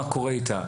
מה קורה איתה.